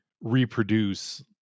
reproduce